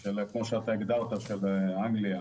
של אנגליה